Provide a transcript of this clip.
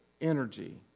energy